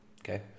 Okay